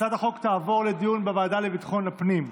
הצעת החוק תעבור לדיון בוועדה לביטחון הפנים.